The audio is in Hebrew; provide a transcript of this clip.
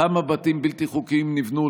כמה בתים בלתי חוקיים נבנו,